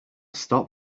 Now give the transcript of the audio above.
stop